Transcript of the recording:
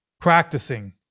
practicing